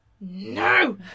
no